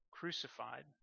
crucified